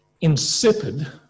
Insipid